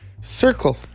Circle